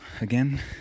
again